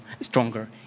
stronger